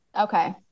Okay